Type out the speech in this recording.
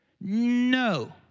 No